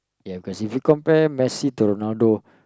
ya cause if you compare Messi to Ronaldo